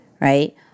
Right